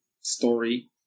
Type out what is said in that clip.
story